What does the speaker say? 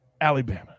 Alabama